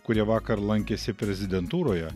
kurie vakar lankėsi prezidentūroje